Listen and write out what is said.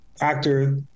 actor